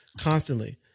constantly